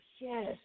yes